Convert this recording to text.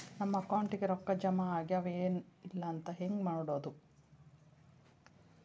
ನಮ್ಮ ಅಕೌಂಟಿಗೆ ರೊಕ್ಕ ಜಮಾ ಆಗ್ಯಾವ ಏನ್ ಇಲ್ಲ ಅಂತ ಹೆಂಗ್ ನೋಡೋದು?